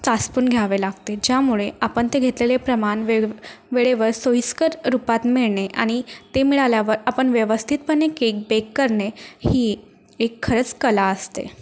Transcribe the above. चासपून घ्यावे लागते ज्यामुळे आपण ते घेतलेले प्रमाण वेव वेळेवं सोयीस्कर रूपात मिळते आणि ते मिळाल्यावर आपण व्यवस्थितपणे केक बेक करणे ही एक खरंच कला असते